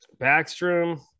Backstrom